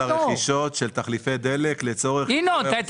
יש